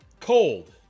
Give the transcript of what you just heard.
Cold